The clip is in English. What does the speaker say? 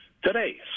Today